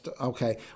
okay